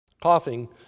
coughing